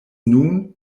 nun